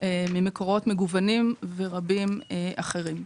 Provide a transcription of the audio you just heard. ממקורות מגוונים ורבים אחרים.